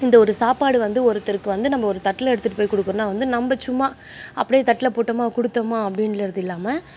இந்த ஒரு சாப்பாடு வந்து ஒருத்தருக்கு வந்து நம்ம ஒரு தட்டில் எடுத்துகிட்டு போய் கொடுக்குறதுன்னா வந்து நம்ம சும்மா அப்படியே தட்டில் போட்டோமா கொடுத்தோமா அப்படின்றது இல்லாமல்